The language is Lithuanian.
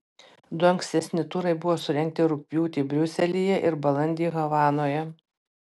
du ankstesni turai buvo surengti rugpjūtį briuselyje ir balandį havanoje